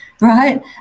right